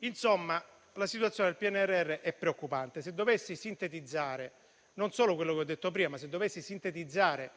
Insomma, la situazione del PNRR è preoccupante. Se dovessi sintetizzare non solo quanto ha detto prima, ma anche quali sono i